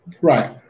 Right